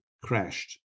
crashed